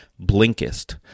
Blinkist